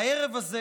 הערב הזה